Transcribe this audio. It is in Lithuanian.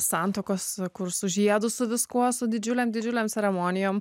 santuokos kur su žiedu su viskuo su didžiulėm didžiulėm ceremonijom